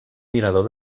mirador